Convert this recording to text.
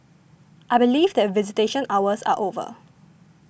I believe that visitation hours are over